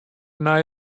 nei